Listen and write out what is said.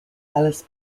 ellis